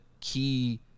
key